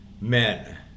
men